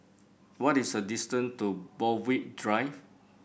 what is the distance to Borthwick Drive